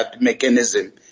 mechanism